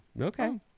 Okay